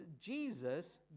Jesus